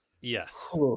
yes